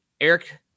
Eric